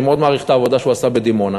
שאני מאוד מעריך את העבודה שהוא עשה בדימונה.